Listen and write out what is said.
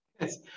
Yes